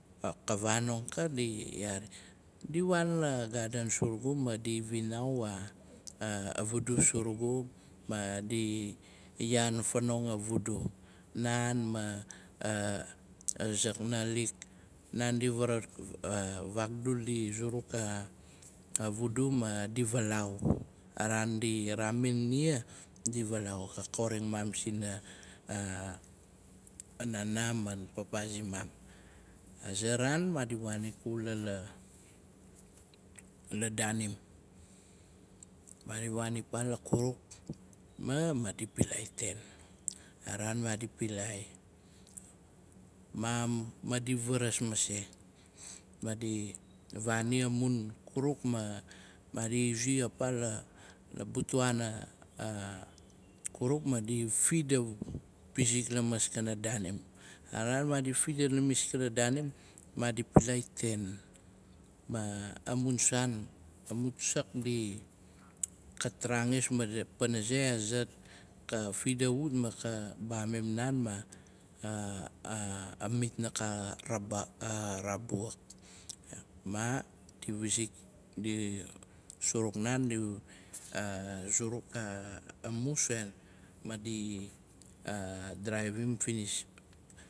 Ka vanong ka di yaan, "di waan la gaden surugu ma di vinau a vudu zurugu". Madi yaan fanong a vudu. "Naan ma aza fnalik, naandi fakdul di zukruk a vudu maadi vaalaau". A raan di raamin nia vaalau. ka koring maam sin naanaa ma paapaa simam. Aza raan, maadi waan ikula la- la a m. Maadi waan ipaa la kuruk, ma maadi pilai ten. A raan maadi pilai mam maadi varas masei. Maadi vaani amun kunik, ma maadi zi ipala butuana kuruk ma maadi fida wizik lamas kana daanim. A raan maadi fida wizik lamaskana daanim, maadi pilai ten. Ma amun saan, amun sak di kat raangis, paazak ka fida wat ma ka baamim naan ma mita ka rabuak. Man di zuruk naan di suruk naan en di. Suruk a musen madi dravim finis.